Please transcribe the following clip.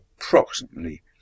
approximately